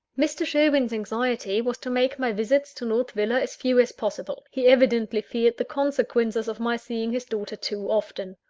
mr. sherwin's anxiety was to make my visits to north villa as few as possible he evidently feared the consequences of my seeing his daughter too often.